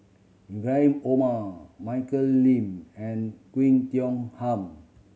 Ibrahim Omar Michelle Lim and Tiong Ham